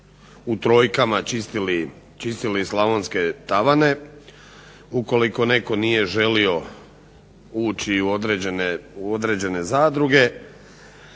u trojkama čistili slavonske tavane, ukoliko netko nije želio ući u određene zadruge,